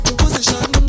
position